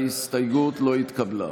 ההסתייגות לא התקבלה.